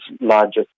largest